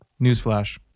newsflash